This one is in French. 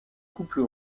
couple